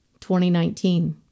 2019